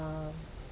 uh